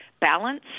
balance